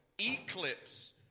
eclipse